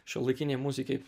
šiuolaikinėj muzikai